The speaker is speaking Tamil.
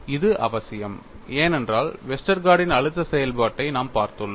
இது அவசியம் ஏனென்றால் வெஸ்டர்கார்டின் Westergaard's அழுத்த செயல்பாட்டை நாம் பார்த்துள்ளோம்